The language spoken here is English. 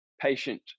patient